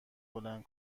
بلند